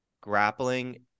grappling